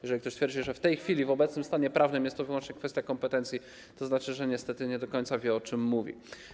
Jeżeli ktoś twierdzi, że w tej chwili w obecnym stanie prawnym jest to wyłącznie kwestia kompetencji, to znaczy, że niestety nie do końca wie, o czym mówi.